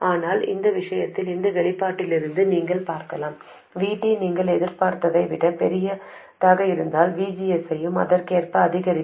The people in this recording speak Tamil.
ஆனால் இந்த விஷயத்தில் இந்த வெளிப்பாட்டிலிருந்து நீங்கள் பார்க்கலாம் Vt நீங்கள் எதிர்பார்த்ததை விட பெரியதாக இருந்தால் VGS யும் அதற்கேற்ப அதிகரிக்கும்